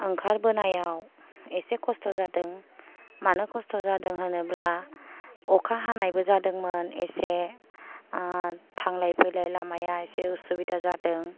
ओंखारबोनायाव एसे खस्थ' जादों मानो खस्थ' जादों होनोब्ला अखा हानायबो जादोंमोन एसे आर थांलाय फैलाय लामाया एसे उसुबिदा जादों